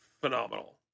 phenomenal